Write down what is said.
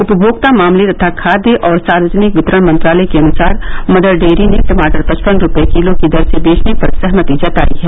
उपमोक्ता मामले तथा खाद्य और सार्वजनिक वितरण मंत्रालय के अनुसार मदर डेयरी ने टमाटर पचपन रुपए किलो की दर से बेचने पर सहमति जताई है